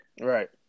Right